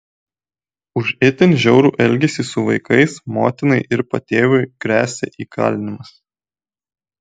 už itin žiaurų elgesį su vaikais motinai ir patėviui gresia įkalinimas